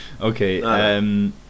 Okay